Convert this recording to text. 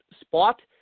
spot